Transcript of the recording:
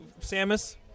Samus